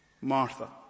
Martha